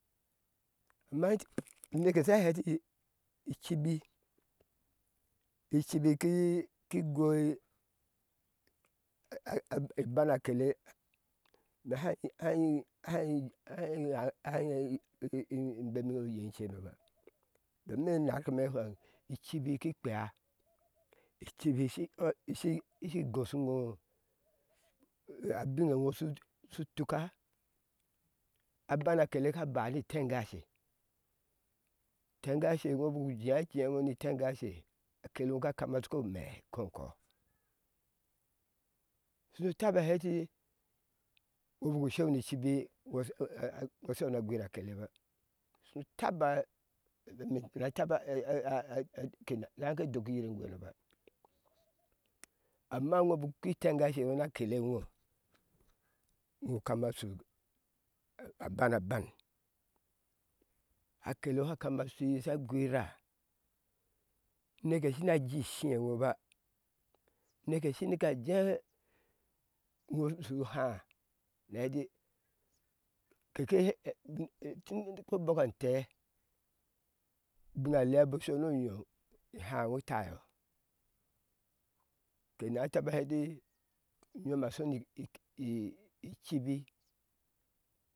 Uneke sha hericibi i cibi ki goi iban a kale ime har i bema oye iceno ba domin a nashar ice me shi whɛŋ acbi kpɛa icibii shi ishi goishi iŋo a bin shu tuka a bana akele ka ba ni itengashe ten gashe ŋo buku jea jea ŋo ni tengashe akele ŋo ka ma sho ko inɛɛ kome kɔɔ shu nu taba hear ɛti iŋo buku shai ni ciibi nu she ŋo na a guira shai ni cibi wu she ŋo na a gwira aketa ba shunu taba ke hake dokpiyir ine gweno ba amma ŋo buku ko itengashe ŋo na kele ŋo ino kami shu bana ban akee ŋo sha kama shi sha wira uneke shina je ishiri eŋo ba uneke hina kaje iŋo shu shu har na hea ɛti keke nu bɔɔ ka a tɛɛ ubin na lea buku shono onyo i han i tayo ke hanai toba hwɛ eti vyom a shoni eibi